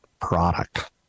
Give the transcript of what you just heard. product